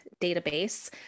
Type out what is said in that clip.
Database